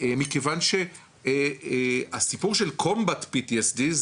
מכיוון שהסיפור שלCombat PTSD ,